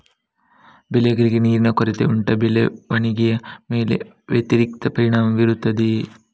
ಬೆಳೆಗಳಿಗೆ ನೀರಿನ ಕೊರತೆ ಉಂಟಾ ಬೆಳವಣಿಗೆಯ ಮೇಲೆ ವ್ಯತಿರಿಕ್ತ ಪರಿಣಾಮಬೀರುತ್ತದೆಯೇ?